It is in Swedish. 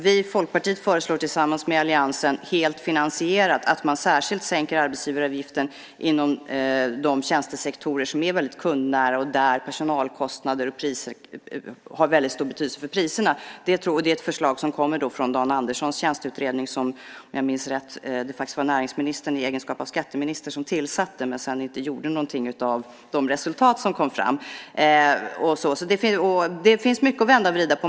Vi i Folkpartiet föreslår tillsammans med alliansen helt finansierat att man särskilt sänker arbetsgivaravgiften inom de tjänstesektorer som är väldigt kundnära och där personalkostnader har väldigt stor betydelse för priserna. Det är ett förslag som kommer från Dan Anderssons tjänsteutredning. Om jag minns rätt var det näringsministern i egenskap av skatteminister som tillsatte den men sedan inte gjorde någonting av de resultat som kom fram. Det finns mycket att vända och vrida på.